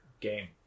game